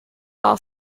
law